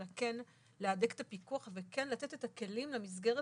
אלא כן להדק את הפיקוח וכן לתת את הכלים למסגרת